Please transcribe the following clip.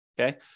Okay